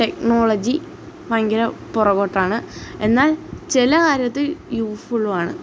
technology ഭയങ്കര പുറകോട്ടാണ് എന്നാൽ ചില കാര്യത്തിൽ യൂസ്ഫുള്ളും ആണ്